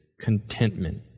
contentment